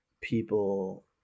people